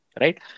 right